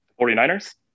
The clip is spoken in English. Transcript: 49ers